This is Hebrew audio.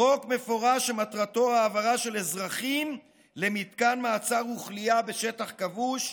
חוק מפורש שמטרתו העברה של אזרחים למתקן מעצר וכליאה בשטח כבוש,